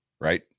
right